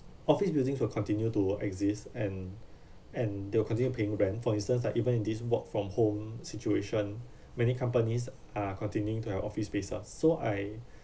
office buildings will continue to exist and and they'll continue paying rent for instance like even if this work from home situation many companies are continuing to have office space ah so I